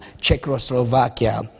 Czechoslovakia